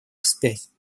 вспять